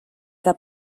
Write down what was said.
que